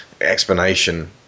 explanation